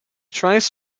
tries